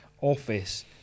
office